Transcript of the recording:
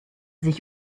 sich